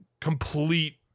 complete